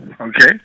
okay